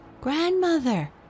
Grandmother